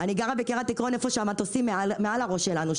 אני גרה בקריית עקרון במקום שהמטוסים עוברים מעל הראש שלנו,